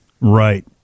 Right